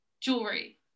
jewelry